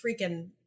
freaking